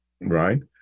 Right